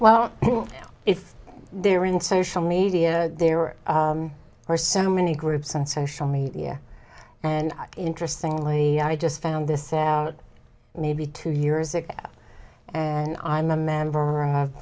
well if they are in social media there are so many groups in social media and interestingly i just found this out maybe two years ago and i'm a member of